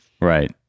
Right